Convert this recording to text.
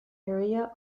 area